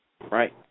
right